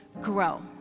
grow